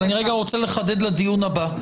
אבל אני רוצה לחדד לדיון הבא.